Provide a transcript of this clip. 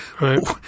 Right